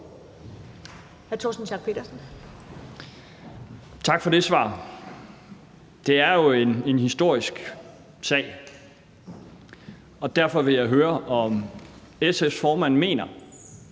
Tak for det svar. Det er jo en historisk sag, og derfor vil jeg høre, om SF's formand mener,